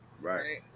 right